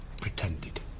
pretended